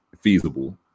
feasible